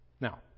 Now